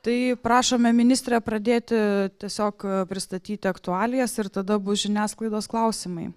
tai prašome ministre pradėti tiesiog pristatyti aktualijas ir tada bus žiniasklaidos klausimai